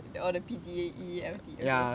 all the P_T_A_E F_D okay